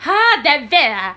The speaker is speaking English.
!huh! that bad ah